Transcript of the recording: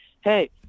hey